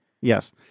Yes